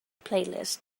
playlist